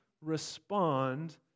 respond